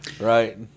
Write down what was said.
Right